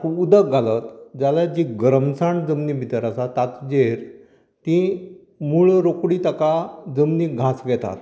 तातूंत उदक घालत जाल्यार जी गरमसाण जमनी भितर आसा ताचेर तीं मूळ रोखडीं ताका जमनीक घास घेता